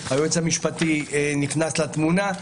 היועץ המשפטי נכנס לתמונה,